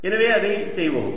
எனவே அதைச் செய்வோம்